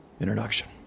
introduction